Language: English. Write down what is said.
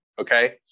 okay